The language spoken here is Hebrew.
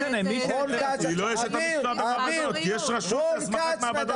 יש רשות להסמכת מעבדות.